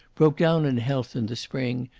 broke down in health in the spring,